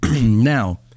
Now